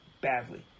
badly